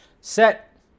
set